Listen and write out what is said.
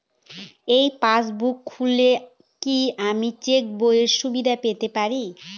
এই পাসবুক খুললে কি আমি চেকবইয়ের সুবিধা পেতে পারি?